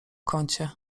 kącie